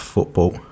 Football